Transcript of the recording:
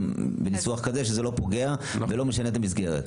בניסוח כזה שלא פוגע או משנה את המסגרת.